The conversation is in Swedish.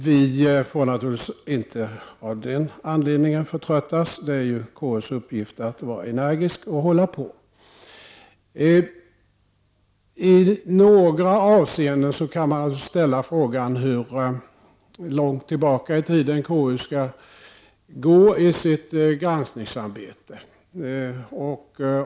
Vi får naturligtvis inte förtröttas av den anledningen. Det är ju KUs uppgift att vara energiskt och ligga i. I några avseenden kan man naturligtvis fråga sig hur långt tillbaka i tiden KU skall gå vid sitt granskningsarbete.